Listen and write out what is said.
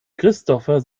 christopher